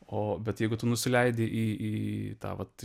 o bet jeigu tu nusileidi į į tą vat